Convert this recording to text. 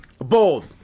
Bold